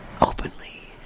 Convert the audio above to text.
openly